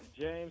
James